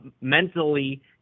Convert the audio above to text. mentally